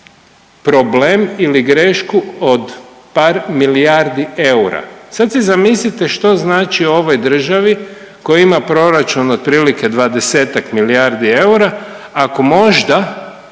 problem ili grešku od par milijardi eura. Sad si zamislite što znači ovoj državi koja ima proračun otprilike 20 milijardi eura ako možda